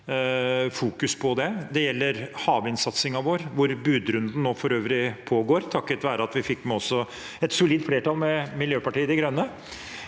Det gjelder havvindsatsingen vår – hvor budrunden nå for øvrig pågår, takket være at vi fikk med et solid flertall, også med Miljøpartiet De Grønne.